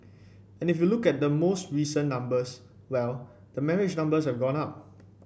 and if you look at the most recent numbers well the marriage numbers have gone up